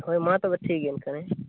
ᱦᱳᱭ ᱢᱟ ᱛᱚᱵᱮ ᱴᱷᱤᱠᱜᱮᱭᱟ ᱮᱱᱠᱷᱟᱱ ᱦᱮᱸ